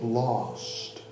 lost